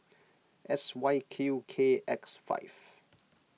S Y Q K X five